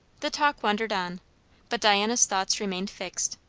the talk wandered on but diana's thoughts remained fixed.